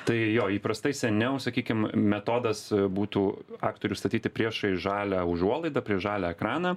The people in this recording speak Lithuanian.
tai jo įprastai seniau sakykim metodas būtų aktorių statyti priešais žalią užuolaidą prieš žalią ekraną